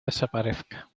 desaparezca